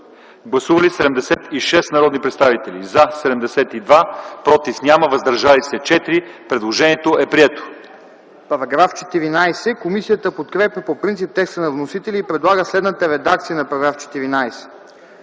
Гласували 76 народни представители: за 72, против няма, въздържали се 4. Предложението е прието. ДОКЛАДЧИК МАРТИН ДИМИТРОВ: Комисията подкрепя по принцип текста на вносителя и предлага следната редакция на § 14: „§ 14.